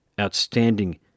outstanding